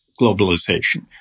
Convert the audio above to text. globalization